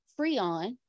Freon